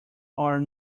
are